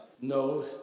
no